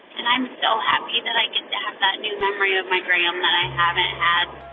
and i'm so happy that i get to have that new memory of my gram that i haven't had,